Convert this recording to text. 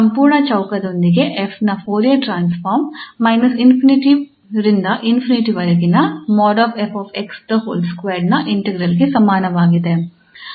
ಸಂಪೂರ್ಣ ಚೌಕದೊಂದಿಗೆ 𝑓 ನ ಫೋರಿಯರ್ ಟ್ರಾನ್ಸ್ಫಾರ್ಮ್ −∞ ರಿಂದ ∞ ವರೆಗಿನ |𝑓𝑥|2 ನ ಇಂಟಿಗ್ರಾಲ್ ಗೆ ಸಮಾನವಾಗಿದೆ